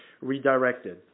redirected